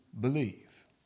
believe